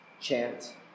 chant